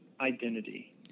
identity